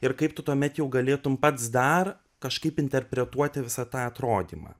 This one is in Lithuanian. ir kaip tu tuomet jau galėtum pats dar kažkaip interpretuoti visą tą atrodymą